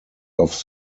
off